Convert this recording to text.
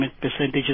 percentages